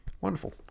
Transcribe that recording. Wonderful